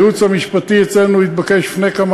הייעוץ המשפטי אצלנו התבקש לפני כמה